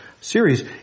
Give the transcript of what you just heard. series